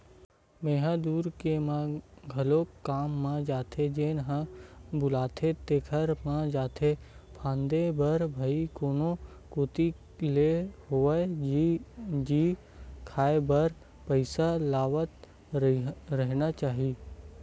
मेंहा दूसर के म घलोक काम म जाथो जेन ह बुलाथे तेखर म जोते फांदे बर भई कोनो कोती ले होवय जीए खांए बर पइसा आवत रहिना चाही